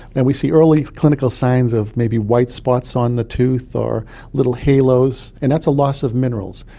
and we see early clinical signs of maybe white spots on the tooth or little halos, and that's a loss of minerals.